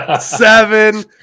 seven